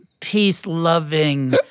peace-loving